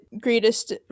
greatest